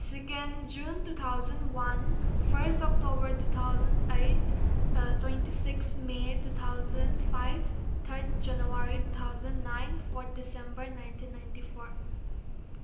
second June two thousand one first October two thousand eight twenty six may two thousand five third January two thousand nine forth December nineteen ninety four